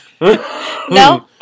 No